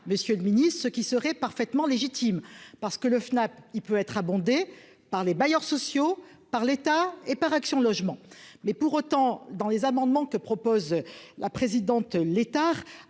Monsieur le Ministre, ce qui serait parfaitement légitime parce que le FNAP il peut être abondé par les bailleurs sociaux par l'État et par Action logement mais pour autant dans les amendements que propose la présidente Létard